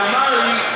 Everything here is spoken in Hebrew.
ואמר לי: